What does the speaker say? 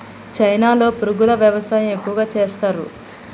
చైనాలో పురుగుల వ్యవసాయం ఎక్కువగా చేస్తరు